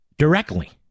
Directly